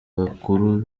bakuru